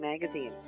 Magazine